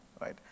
right